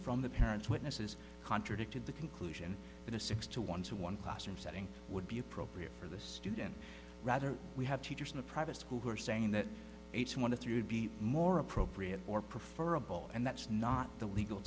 from the parents witnesses contradicted the conclusion that a six to one to one classroom setting would be appropriate for the student rather we have teachers in the private school who are saying that eighty one to three would be more appropriate or prefer a ball and that's not the legal